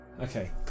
Okay